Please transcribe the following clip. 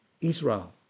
Israel